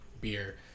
beer